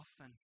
often